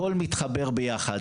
הכול מתחבר ביחד,